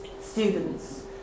students